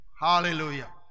hallelujah